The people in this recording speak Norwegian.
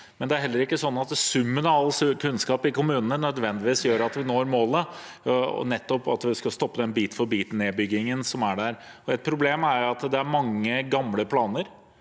men det er heller ikke sånn at summen av all kunnskap i kommunene nødvendigvis gjør at vi når målet, nettopp at vi skal stoppe den bit-for-bit-nedbyggingen som er der. Et problem er at det er mange gamle planer